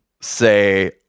say